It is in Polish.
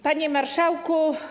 Panie Marszałku!